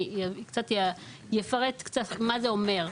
אני קצת אפרט מה זה אומר.